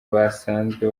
basanzwe